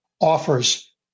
offers